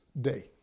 day